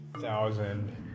thousand